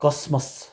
cosmos